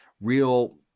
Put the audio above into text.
real